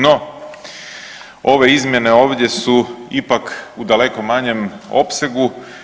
No, ove izmjene ovdje su ipak u daleko manjem opsegu.